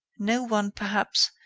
no one, perhaps,